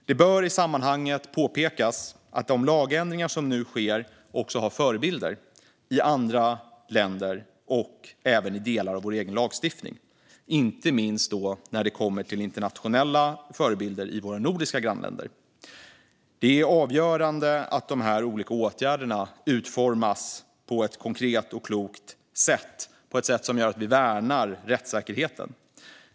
Det bör i sammanhanget påpekas att de lagändringar som nu sker har förebilder i andra länder, inte minst internationellt i våra nordiska grannländer, och även i delar av vår egen lagstiftning. Det är avgörande att dessa olika åtgärder utformas på ett konkret och klokt sätt som gör att vi värnar om rättssäkerheten.